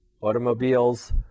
automobiles